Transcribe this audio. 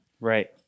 Right